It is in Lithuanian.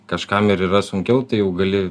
kažkam ir yra sunkiau tai jau gali